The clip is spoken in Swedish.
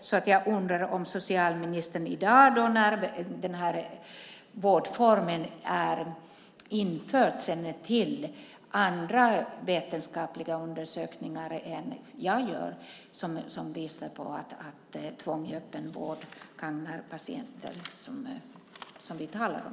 Jag undrar därför om socialministern i dag, då den här vårdformen är införd, känner till fler vetenskapliga undersökningar än jag - undersökningar som visar på att vårdformen tvång i öppen vård gagnar de patienter som vi här talar om.